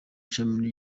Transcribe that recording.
ishami